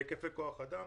בהיקפי כוח אדם,